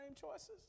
choices